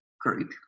group